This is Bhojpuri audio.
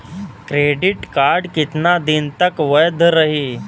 क्रेडिट कार्ड कितना दिन तक वैध रही?